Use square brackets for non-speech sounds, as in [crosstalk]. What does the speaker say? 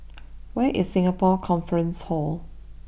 [noise] where is Singapore Conference Hall